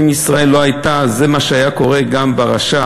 הרי אם ישראל לא הייתה, זה מה היה קורה גם ברש"פ,